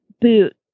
boot